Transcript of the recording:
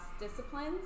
disciplines